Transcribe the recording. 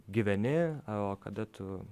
gyveni o kada tu